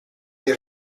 des